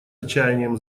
отчаянием